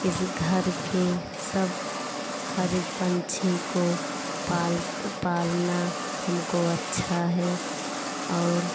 इस घर के सब हर एक पंछी को पाल पालना हमको अच्छा है और